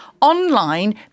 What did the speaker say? online